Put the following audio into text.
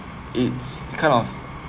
it's kind of